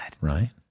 Right